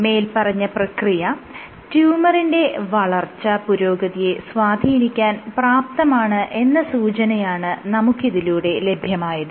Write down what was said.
മേല്പറഞ്ഞ പ്രക്രിയ ട്യൂമറിന്റെ വളർച്ച പുരോഗതിയെ സ്വാധീനിക്കാൻ പ്രാപ്തമാണ് എന്ന സൂചനയാണ് നമുക്ക് ഇതിലൂടെ ലഭ്യമായത്